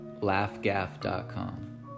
laughgaff.com